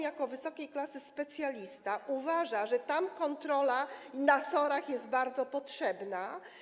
Jako wysokiej klasy specjalista uważa, że kontrola w SOR-ach jest bardzo potrzebna.